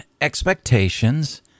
expectations